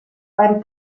beim